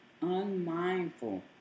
unmindful